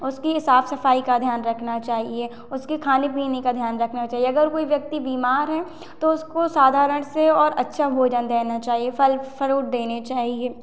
उसकी साफ सफाई का ध्यान रखना चाहिए उसकी खाने पीने का ध्यान रखना चाहिए अगर कोई व्यक्ति बीमार है तो उसको साधारण से और अच्छा भोजन देना चाहिए फल फरूट देने चाहिए